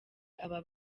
aba